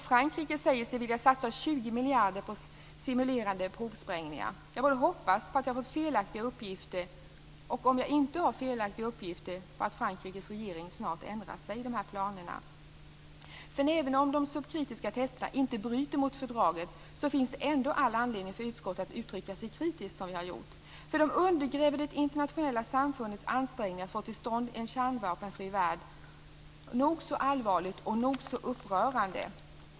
Frankrike säger sig vilja satsa 20 miljarder på simulerade provsprängningar. Jag hoppas att jag har fått felaktiga uppgifter. Om jag inte har fått det hoppas jag att Frankrikes regering snart ändrar sig vad gäller de här planerna. Även om de subkritiska testerna inte bryter mot fördraget finns det all anledning för utskottet att uttrycka sig kritiskt, som vi har gjort. De undergräver det internationella samfundets ansträngningar att få till stånd en kärnvapenfri värld. Nog så allvarligt och nog så upprörande.